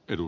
edu